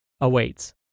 awaits